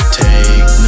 take